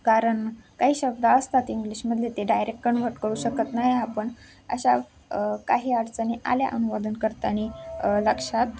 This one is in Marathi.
कारण काही शब्द असतात इंग्लिशमधले ते डायरेक्ट कन्व्हर्ट करू शकत नाही आपण अशा काही अडचणी आल्या अनुवाद करताना लक्षात